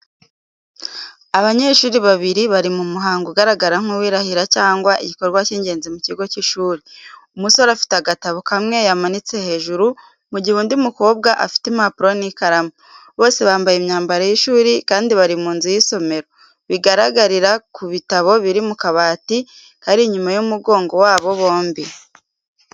Abanyeshuri babiri bari mu muhango ugaragara nk’uw’irahira cyangwa igikorwa cy’ingenzi mu kigo cy’ishuri. Umusore afite agatabo kamwe yamanitse hejuru, mu gihe undi mukobwa afite impapuro n’ikaramu. Bose bambaye imyambaro y’ishuri, kandi bari mu nzu y’isomero, bigaragarira ku bitabo biri mu kabati kari inyuma y'umugongo wabo bombi.